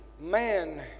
Man